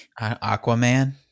Aquaman